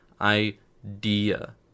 idea